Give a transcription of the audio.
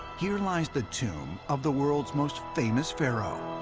here lies the tomb of the world's most famous pharaoh,